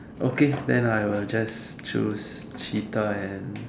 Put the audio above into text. okay then I will just choose cheetah and